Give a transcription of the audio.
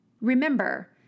Remember